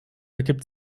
ergibt